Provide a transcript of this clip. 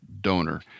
donor